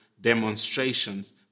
demonstrations